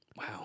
Wow